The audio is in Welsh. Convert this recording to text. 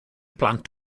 plant